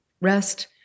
rest